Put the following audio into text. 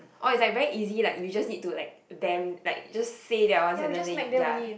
oh it's like very easy like you just need to like them like just say that one sentence then you ya